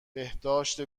بهداشت